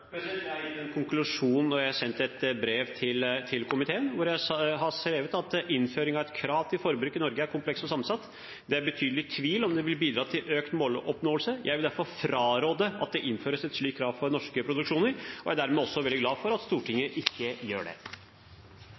Jeg har gitt en konklusjon, og jeg har sendt et brev til komiteen hvor jeg har skrevet at innføring av et krav til forbruk i Norge er komplekst og sammensatt. Det er betydelig tvil om det vil bidra til økt måloppnåelse. Jeg vil derfor fraråde at det innføres et slikt krav for norske produksjoner. Jeg er dermed også veldig glad for at Stortinget ikke gjør det.